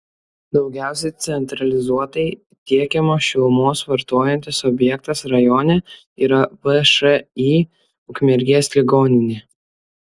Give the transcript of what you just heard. daugiausiai centralizuotai tiekiamos šilumos vartojantis objektas rajone yra všį ukmergės ligoninė